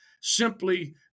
simply